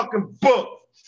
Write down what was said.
book